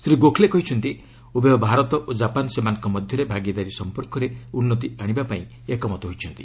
ଶ୍ରୀ ଗୋଖଲେ କହିଛନ୍ତି ଉଭୟ ଭାରତ ଓ ଜାପାନ୍ ସେମାନଙ୍କ ମଧ୍ୟରେ ଭାଗିଦାରୀ ସମ୍ପର୍କରେ ଉନ୍ନତି ଆଣିବାକୁ ଏକମତ ହୋଇଛନ୍ତି